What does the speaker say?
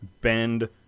bend